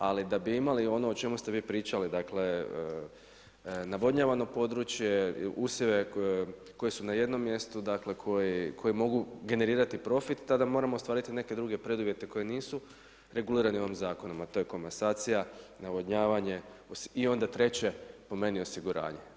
Ali da bi imali ono o čemu ste vi pričali, dakle navodnjavano područje, usjeve koji su na jednom mjestu, dakle koji, koji mogu generirati profit, tada moramo ostvariti neke druge preduvjete koji nisu regulirani ovim zakonom a to je komasacija, navodnjavanje i onda treće po meni osiguranje.